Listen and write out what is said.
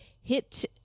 hit